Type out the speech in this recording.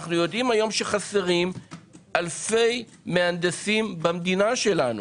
אנו יודעים היום שחסרים אלפי מהנדסים במדינה שלנו